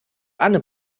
anne